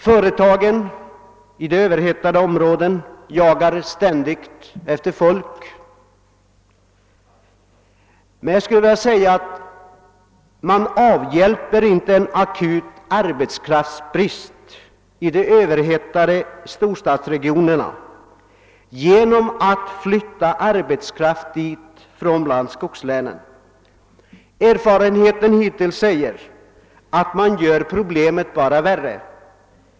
Företagen i de överhettade områdena jagar ständigt efter folk, men man kan inte avhjälpa en akut arbetskraftsbrist i de överhettade storstadsregionerna genom att flytta dit arbetskraft från bl.a. skogslänen. Erfarenheten hittills visar att man bara gör problemet värre.